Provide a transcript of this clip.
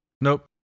Nope